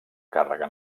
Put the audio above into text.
càrrega